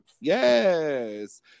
yes